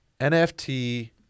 NFT